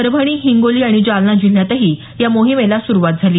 परभणी हिंगोली आणि जालना जिल्ह्यातही या मोहिमेला सुरुवात झाली